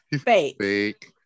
Fake